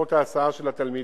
חברות ההסעה של התלמידים,